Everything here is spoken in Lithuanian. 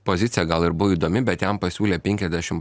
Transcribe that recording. pozicija gal ir buvo įdomi bet jam pasiūlė penkiasdešim